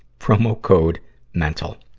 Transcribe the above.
promo code mental.